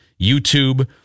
YouTube